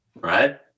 right